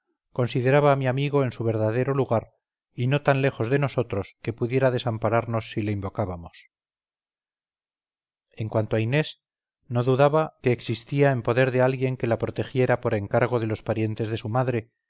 consideraba a mi amigo en su verdadero lugar y no tan lejos de nosotros que pudiera desampararnos si le invocábamos en cuanto a inés no dudaba que existía en poder de alguien que la protegiera por encargo de los parientes de su madre